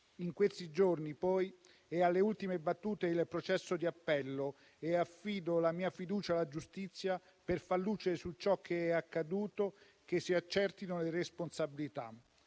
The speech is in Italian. In questi giorni, poi, è alle ultime battute il processo di appello e affido la mia fiducia alla giustizia per far luce su ciò che è accaduto, che si accertino le responsabilità.